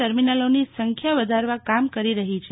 ટર્મીનલોની સંખ્યા વધારવા કામ કરી રહી છે